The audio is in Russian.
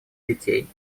детей